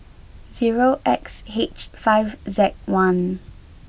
zero X H five Z one